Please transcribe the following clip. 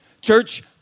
Church